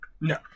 No